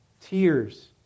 tears